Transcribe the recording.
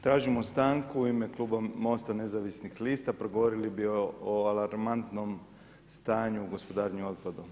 Tražimo stanku u ime Kluba Mosta nezavisnih lista, progovorili bi o alarmantnom stanju gospodarenju otpadom.